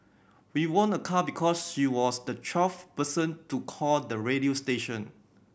we won a car because she was the twelfth person to call the radio station